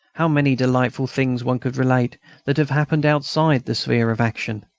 how many delightful things one could relate that have happened outside the sphere of action!